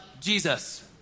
Jesus